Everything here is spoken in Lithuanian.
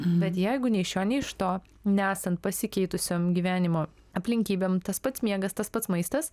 bet jeigu nei iš šio nei iš to nesant pasikeitusiom gyvenimo aplinkybėm tas pats miegas tas pats maistas